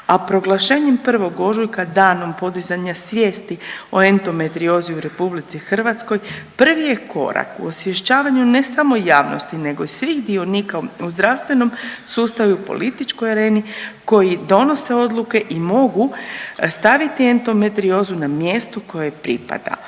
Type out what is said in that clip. a proglašenjem 1. ožujka Danom podizanja svijesti o endometriozi u RH prvi je korak u osviješćavanju ne samo javnosti nego i svih dionika u zdravstvenom sustavu i u političkoj areni koji donose odluke i mogu staviti endometriozu na mjesto koje joj pripada.